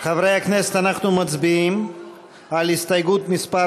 חברי הכנסת, אנחנו מצביעים על הסתייגות מס'